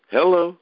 Hello